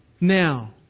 Now